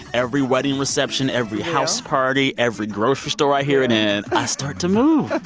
every wedding reception, every house party, every grocery store i hear it in, i start to move